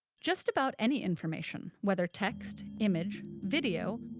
just about any information, whether text, image, video,